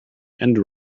and